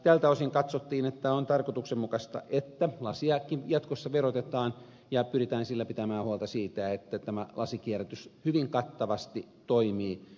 tältä osin katsottiin että on tarkoituksenmukaista että lasijätettäkin jatkossa verotetaan ja pyritään sillä pitämään huolta siitä että tämä lasikierrätys hyvin kattavasti toimii